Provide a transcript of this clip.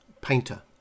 painter